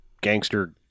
gangster